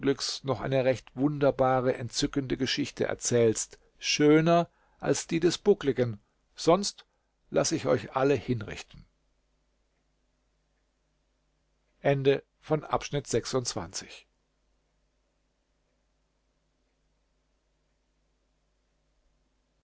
noch eine recht wunderbare entzückende geschichte erzählst schöner als die des buckligen sonst laß ich euch alle hinrichten